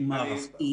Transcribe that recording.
היא מערכתית.